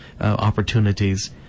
opportunities